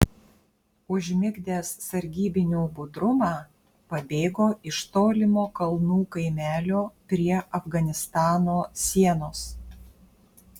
užmigdęs sargybinių budrumą pabėgo iš tolimo kalnų kaimelio prie afganistano sienos